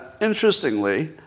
Interestingly